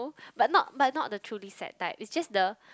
but not but not the truly sad type it's just the